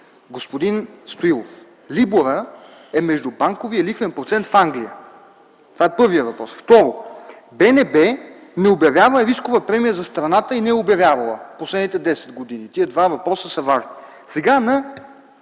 господин Стоилов, либорът е междубанковият лихвен процент в Англия. Това е първият въпрос. Второ, БНБ не обявява рискова премия за страната и не е обявявала в последните 10 години. Тези два въпроса са важни. Сега от